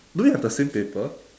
do we have the same paper